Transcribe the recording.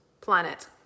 planet